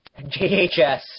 JHS